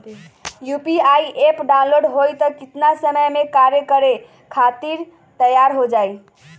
UPI app download होई त कितना समय मे कार्य करे खातीर तैयार हो जाई?